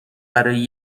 برای